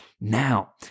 now